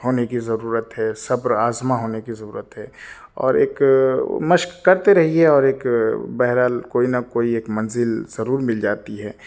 ہونے کی ضرورت ہے صبر آزما ہونے کی ضرروت ہے اور ایک مشق کرتے رہیے اور ایک بہرحال کوئی نہ كوئى ایک منزل ضرور مل جاتى ہے